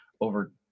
over